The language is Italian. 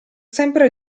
sempre